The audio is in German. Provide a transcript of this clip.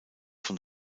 von